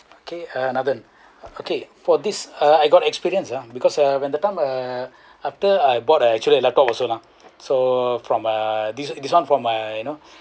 okay uh Nathan okay for this uh I got experience ah because uh when the time uh after I bought a actually a laptop also lah so from uh this this one from my you know